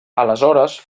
aleshores